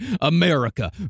America